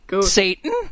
Satan